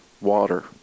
water